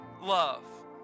love